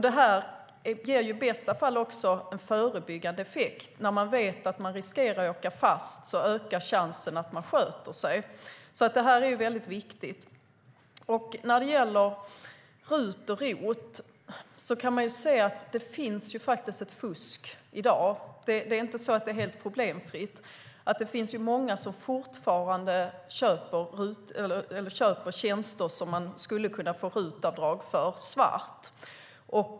Det ger i bästa fall också en förebyggande effekt. När man vet att man riskerar att åka fast ökar chansen att man sköter sig. Det är väldigt viktigt. När det gäller RUT och ROT kan man se att det i dag finns ett fusk. Det är inte så att det är helt problemfritt. Det finns många som fortfarande köper tjänster som man skulle kunna få RUT-avdrag för svart.